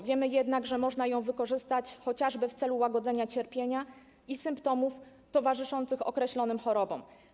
Wiemy jednak, że można ją wykorzystać chociażby w celu łagodzenia cierpienia i symptomów towarzyszących określonym chorobom.